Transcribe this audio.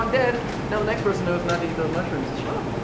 um dead. now the next person knows not to eat those mushrooms. sure.